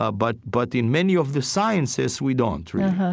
ah but but in many of the sciences we don't, and